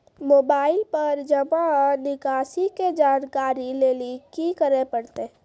Mobile पर जमा निकासी के जानकरी लेली की करे परतै?